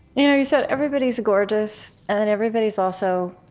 you know you said, everybody's gorgeous, and everybody's also